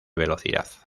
velocidad